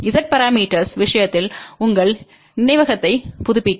Z parameters விஷயத்தில் உங்கள் நினைவகத்தைப் புதுப்பிக்க